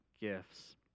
gifts